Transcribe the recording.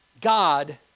God